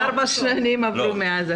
וואו, ארבע שנים עברו מאז.